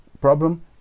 problem